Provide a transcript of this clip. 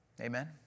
Amen